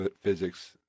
physics